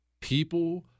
People